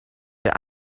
der